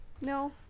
no